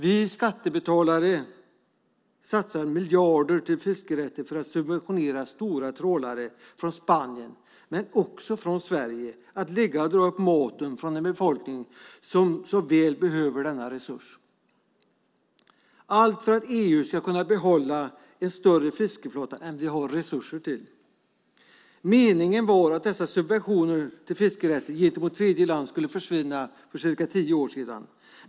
Vi skattebetalare satsar miljarder till fiskerätter för att subventionera stora trålare från Spanien, men också från Sverige, som ligger och drar upp maten från en befolkning som så väl behöver denna resurs - allt för att EU ska kunna behålla en större fiskeflotta än vi har resurser till. Meningen var att dessa subventioner till fiskerätter gentemot tredjeländer skulle försvinna för cirka tio år sedan.